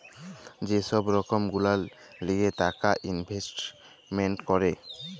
যে ছব রকম গুলা লিঁয়ে টাকা ইলভেস্টমেল্ট ক্যরে